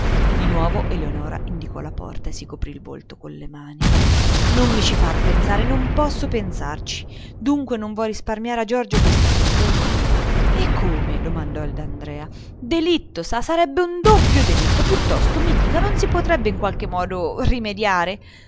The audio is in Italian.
di nuovo eleonora indicò la porta e si coprì il volto con le mani non mi ci far pensare non posso pensarci dunque non vuoi risparmiare a giorgio questa vergogna e come domandò il d'andrea delitto sa sarebbe un doppio delitto piuttosto mi dica non si potrebbe in qualche altro modo rimediare